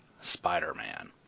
Spider-Man